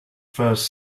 first